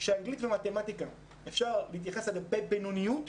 שאנגלית ומתמטיקה אפשר להתייחס אליהם בבינוניות,